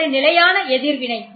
இது ஒரு நிலையான எதிர்வினை